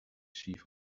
chief